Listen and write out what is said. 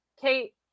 Kate